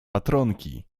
patronki